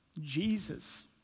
Jesus